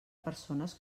persones